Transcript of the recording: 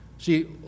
See